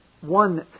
one